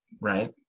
right